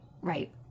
Right